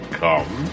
come